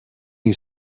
you